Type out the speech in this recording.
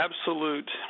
absolute